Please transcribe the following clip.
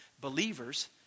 believers